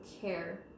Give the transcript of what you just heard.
care